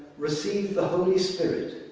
receive the holy spirit,